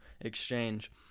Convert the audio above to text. exchange